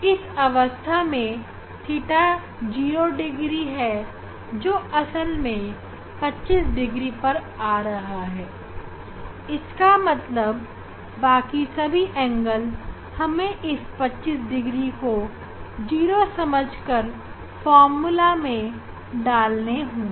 इस अवस्था में थीटा 0 डिग्री असल में 25 डिग्री है इसका मतलब बाकी सभी कोण हमें इस 25 डिग्री को 0 समझ कर फार्मूला में डालने होंगे